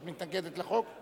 את מתנגדת לחוק?